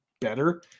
better